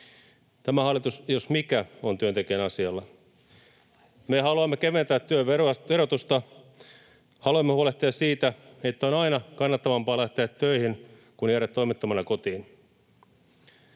tämä hallitus, jos mikä, on työntekijän asialla. Me haluamme keventää työn verotusta ja haluamme huolehtia siitä, että on aina kannattavampaa lähteä töihin kuin jäädä toimettomana kotiin.